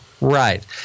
right